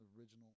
original